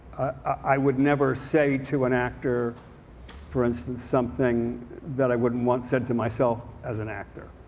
i would never say to an actor for instance something that i wouldn't want said to myself as an actor.